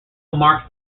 marks